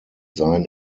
seien